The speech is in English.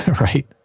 right